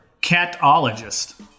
Catologist